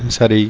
சரி